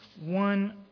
one